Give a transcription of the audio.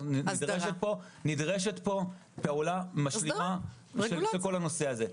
נדרשת פה פעולה משלימה של כל הנושא הזה.